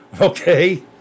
okay